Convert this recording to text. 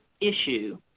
issue